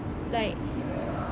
like